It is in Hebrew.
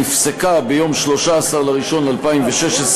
נפסקה ביום 13 בינואר 2016,